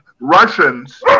Russians